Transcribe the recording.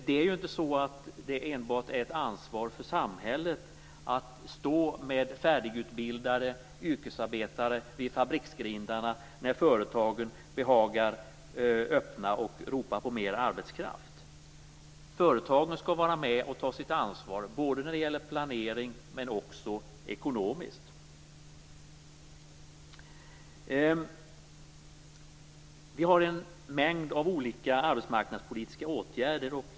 Det är ju inte enbart ett ansvar för samhället att stå med färdigutbildade yrkesarbetare vid fabriksgrindarna när företagen behagar öppna och ropa på mer arbetskraft. Företagen skall vara med och ta sitt ansvar när det gäller planering men också ekonomiskt. Vi har en mängd olika arbetsmarknadspolitiska åtgärder.